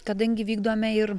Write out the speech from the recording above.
kadangi vykdome ir